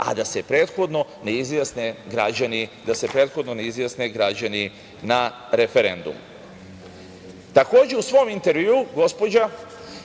a da se prethodno ne izjasne građani na referendumu. Takođe, u svom intervjuu gospođa